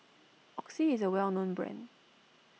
Oxy is a well known brand